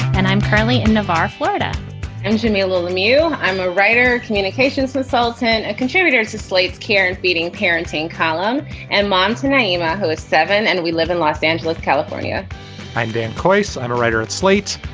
and i'm currently in navarre, florida and jimmy, a little ammu. i'm a writer, communications consultant, a contributor to slate care and feeding parenting column and mom to name. ah who is seven. and we live in los angeles, california i'm dan course. i'm a writer at slate.